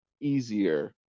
easier